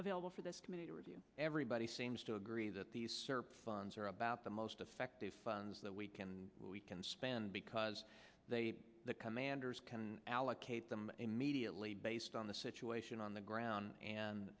available for this committee to review everybody seems to agree that these funds are about the most effective funds that we can we can spend because they the commanders can allocate them immediately based on the situation on the ground and